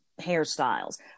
hairstyles